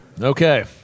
Okay